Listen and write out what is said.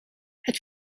het